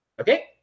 Okay